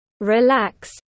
Relax